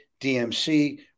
DMC